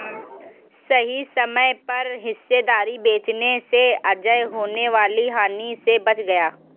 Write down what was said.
सही समय पर हिस्सेदारी बेचने से अजय होने वाली हानि से बच गया